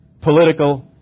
political